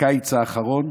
בקיץ האחרון,